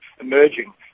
emerging